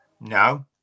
No